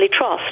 trust